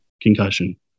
concussion